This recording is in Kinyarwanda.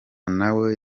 nawe